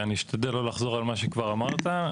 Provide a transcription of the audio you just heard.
אני אשתדל לא לחזור על מה שכבר אמרת.